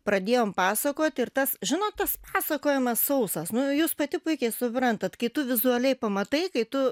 pradėjom pasakot ir tas žinot tas pasakojimas sausas nu jūs pati puikiai suprantat kai tu vizualiai pamatai kai tu